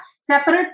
separate